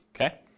okay